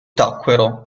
tacquero